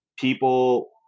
people